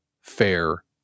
fair